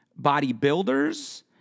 bodybuilders